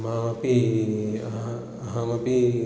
मामपि अहम् अहमपि